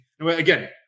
Again